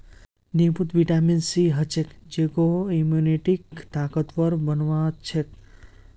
नींबूत vitamin C ह छेक जेको इम्यूनिटीक ताकतवर बना छेक